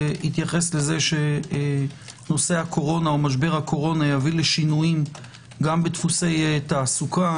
והתייחס לזה שמשבר הקורונה יביא לשינויים גם בדפוסי תעסוקה.